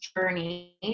journey